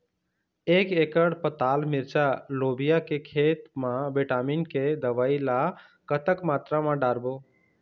एक एकड़ पताल मिरचा लोबिया के खेत मा विटामिन के दवई ला कतक मात्रा म डारबो?